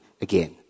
again